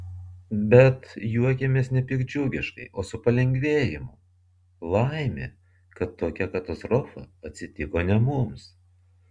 bet juokiamės ne piktdžiugiškai o su palengvėjimu laimė kad tokia katastrofa atsitiko ne mums